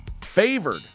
favored